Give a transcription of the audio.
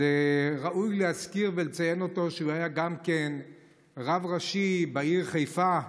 ראוי להזכיר ולציין שהוא גם כן היה רב ראשי בעיר חיפה,